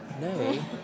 No